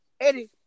Eddie